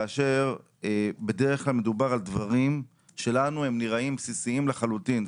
כאשר בדרך כלל מדובר על דברים שלנו הם נראים בסיסיים לחלוטין.